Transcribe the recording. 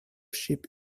sheep